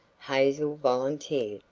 hazel volunteered.